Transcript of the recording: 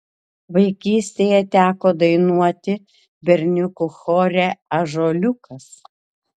vaikystėje teko dainuoti berniukų chore ąžuoliukas